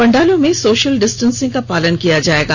पंडालों में social distancing का पालन किया जाएगा